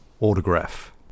autograph